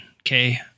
okay